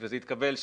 וזה התקבל,